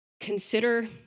consider